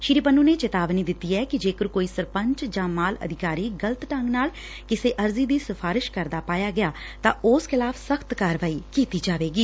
ਸ੍ਰੀ ਪੰਨੁ ਨੇ ਚਿੰਤਾਵਨੀ ਦਿੱਤੀ ਐ ਕਿ ਜੇਕਰ ਕੋਈ ਸਰਪੰਚ ਜਾਂ ਮਾਲ ਅਧਿਕਾਰੀ ਗਲਤ ਢੰਗ ਨਾਲ ਕਿਸੇ ਅਰਜ਼ੀ ਦੀ ਸਿਫਾਰਿਸ਼ ਕਰਦਾ ਪਾਇਆ ਗਿਆ ਤਾਂ ਉਸ ਖਿਲਾਫ਼ ਸਖ਼ਤ ਕਾਰਵਾਈ ਕੀਤੀ ਜਾਏਗੀ